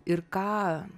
ir ką